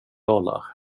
dollar